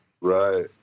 Right